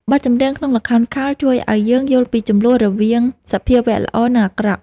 បទចម្រៀងក្នុងល្ខោនខោលជួយឱ្យយើងយល់ពីជម្លោះរវាងសភាវៈល្អ និងអាក្រក់។